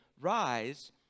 rise